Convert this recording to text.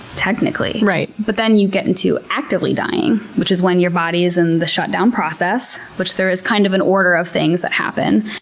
technically. but then you get into actively dying, which is when your body is in the shutdown process, which there is kind of an order of things that happen.